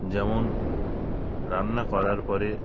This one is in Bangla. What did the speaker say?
যেমন রান্না করার পরে